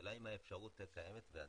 השאלה אם האפשרות קיימת.